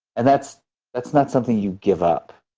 and that's that's not something you give up,